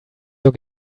your